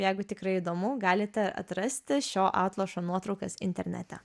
jeigu tikrai įdomu galite atrasti šio atlošo nuotraukas internete